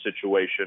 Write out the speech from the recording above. situation